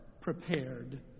prepared